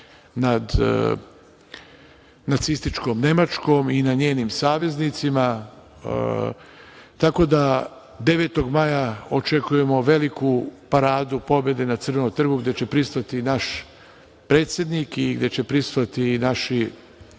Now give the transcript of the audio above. nad nacističkom Nemačkom, i na njenim saveznicima. Tako da, 9. maja očekujemo veliku paradu pobede na Crvenom trgu, gde će prisustvovati i naš predsednik i gde će prisustvovati